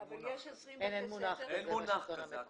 אין מונח כזה.